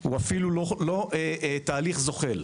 הוא אפילו לא תהליך זוחל.